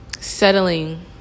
settling